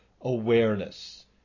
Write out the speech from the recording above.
awareness